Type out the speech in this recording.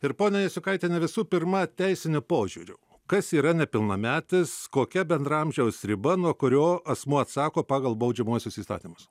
ir ponia jasiukaitiene visų pirma teisiniu požiūriu kas yra nepilnametis kokia bendra amžiaus riba nuo kurio asmuo atsako pagal baudžiamuosius įstatymus